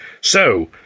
So